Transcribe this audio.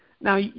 Now